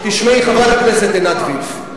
תשמעי, חברת הכנסת עינת וילף.